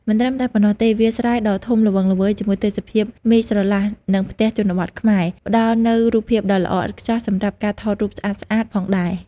មិនត្រឹមតែប៉ុណ្ណោះទេ វាលស្រែដ៏ធំល្វឹងល្វើយ ជាមួយទេសភាពមេឃស្រឡះ និងផ្ទះជនបទខ្មែរ ផ្ដល់នូវរូបភាពដ៏ល្អឥតខ្ចោះសម្រាប់ការថតរូបស្អាតៗផងដែរ ។